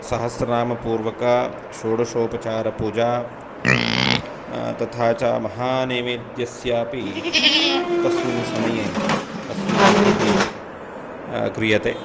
सहस्रनामपूर्वक षोडशोपचारपूजा तथा च महानैवेद्यस्यापि तस्मिन् समये अस्माभिः क्रियते